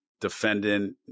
defendant